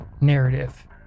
narrative